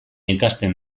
ikasten